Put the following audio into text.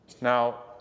Now